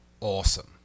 awesome